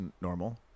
normal